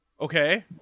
Okay